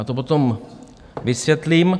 Já to potom vysvětlím.